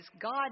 God